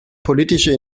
politische